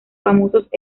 famosos